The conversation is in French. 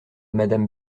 madame